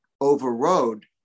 overrode